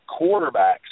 quarterbacks